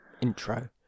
intro